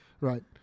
Right